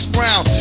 Brown